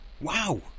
wow